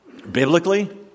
Biblically